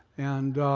and